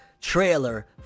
trailer